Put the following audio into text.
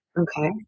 Okay